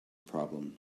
problem